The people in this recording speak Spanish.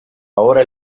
ahora